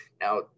Now